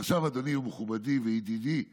ועכשיו, אדוני ומכובדי וידידי היושב-ראש,